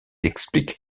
expliquent